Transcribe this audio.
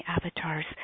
avatars